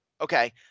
okay